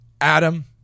Adam